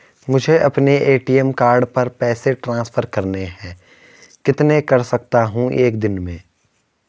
मुझे अपने ATM card से पैसे ट्रांसफर करने हैं कितने कर सकता हूँ एक दिन में?